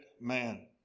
man